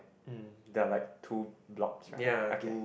mm they're like two blobs right okay